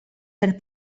per